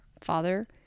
father